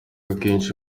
akenshi